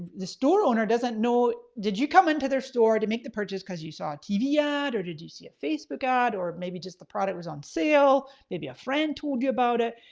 store owner doesn't know, did you come into their store to make the purchase cause you saw a tv ad or did you see a facebook ad or maybe just the product was on sale. maybe a friend told you about it,